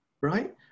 right